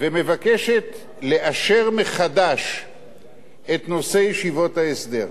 ומבקשת לאשר מחדש את נושא ישיבות ההסדר.